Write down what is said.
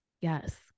Yes